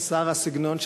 חסר הסגנון,